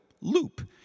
Loop